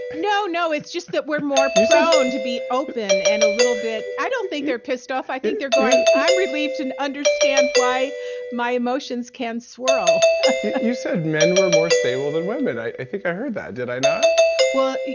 no. no. it's just that we're more prone to be open and a little bit. i don't think they're pissed off. i think they're going i'm relieved to understand why my emotions can swirl you said men were more stable than women. i i think i heard that. did i well,